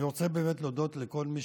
אני רוצה להודות לכל מי